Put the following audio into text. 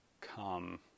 come